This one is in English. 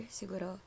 siguro